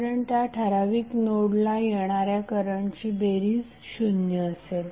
कारण त्या ठराविक नोडला येणाऱ्या करंटची बेरीज शून्य असेल